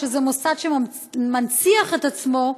שזה מוסד שמנציח את עצמו,